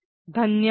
धन्यवाद